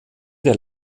der